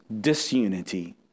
disunity